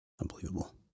Unbelievable